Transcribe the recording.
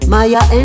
Maya